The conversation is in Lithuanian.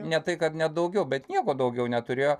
ne tai kad ne daugiau bet nieko daugiau neturėjo